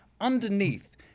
underneath